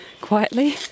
quietly